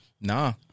Nah